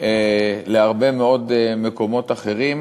להרבה מאוד מקומות אחרים,